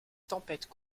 tempêtes